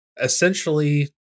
Essentially